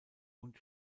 und